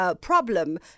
problem